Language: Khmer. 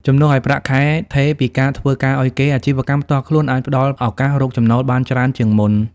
ជំនួសឱ្យប្រាក់ខែថេរពីការធ្វើការឱ្យគេ អាជីវកម្មផ្ទាល់ខ្លួនអាចផ្តល់ឱកាសរកចំណូលបានច្រើនជាងមុន។